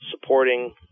supporting